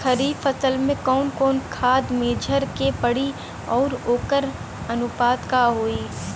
खरीफ फसल में कवन कवन खाद्य मेझर के पड़ी अउर वोकर अनुपात का होई?